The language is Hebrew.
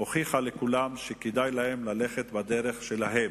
הוכיחה לכולם שכדאי להם ללכת בדרך שלהם.